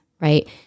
right